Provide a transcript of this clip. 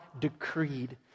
decreed